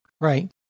right